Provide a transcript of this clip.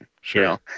Sure